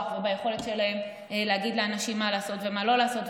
וביכולת שלהם להגיד לאנשים מה לעשות ומה לא לעשות.